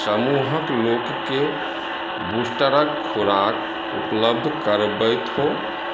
समूहक लोककेँ बूस्टर खोराक उपलब्ध करबैत हो